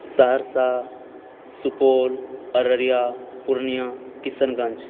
Saharsa Supaul Araria Purnia Kishanganj